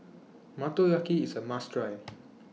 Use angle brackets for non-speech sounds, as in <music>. Motoyaki IS A must Try <noise>